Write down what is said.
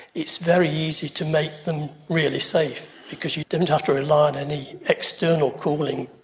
it's very easy to make them really safe because you don't have to rely on any external cooling,